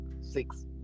six